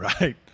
Right